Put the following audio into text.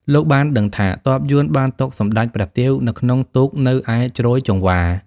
លោកបានដឹងថា ទ័ពយួនបានទុកសម្តេចព្រះទាវនៅក្នុងទូកនៅឯជ្រោយចង្វា។